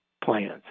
plans